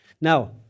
Now